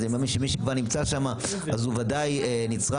אז אני מאמין שמי שכבר נמצא שם הוא ודאי נצרך,